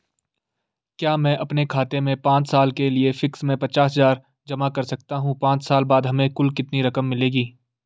क्या मैं अपने खाते में पांच साल के लिए फिक्स में पचास हज़ार जमा कर सकता हूँ पांच साल बाद हमें कुल कितनी रकम मिलेगी?